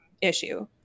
issue